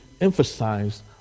emphasize